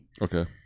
Okay